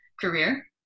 career